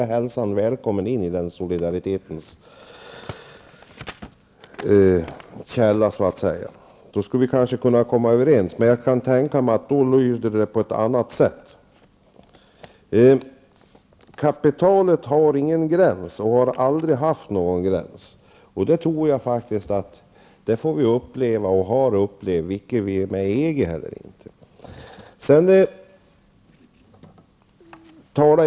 Jag hälsar honom välkommen in i solidaritetens kärna, för då skulle vi kanske kunna komma överens. Men jag kan tänka mig att det i så fall skulle låta annorlunda. Kapitalet har inte, och har aldrig haft, någon gräns. Det får vi nog uppleva vare sig vi är med i EG eller ej.